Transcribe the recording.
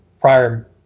prior